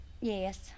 Yes